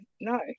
no